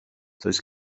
does